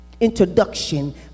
introduction